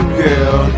girl